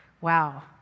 Wow